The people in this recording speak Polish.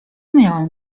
miałem